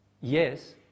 Yes